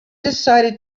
decided